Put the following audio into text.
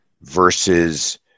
versus